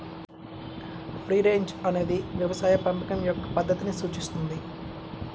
free range అనేది వ్యవసాయ పెంపకం యొక్క పద్ధతిని సూచిస్తుంది